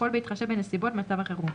הכול בהתחשב בנסיבות מצב החירום,